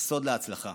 הסוד להצלחה.